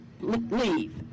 leave